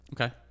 okay